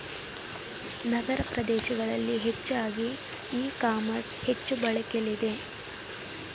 ನಗರ ಪ್ರದೇಶಗಳಲ್ಲಿ ಹೆಚ್ಚಾಗಿ e commerce ಹೆಚ್ಚು ಬಳಕೆಲಿದೆ